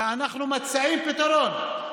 ואנחנו מציעים פתרון.